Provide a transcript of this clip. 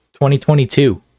2022